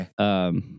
okay